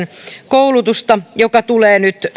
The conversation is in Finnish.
koulutusta joka tulee nyt